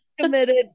committed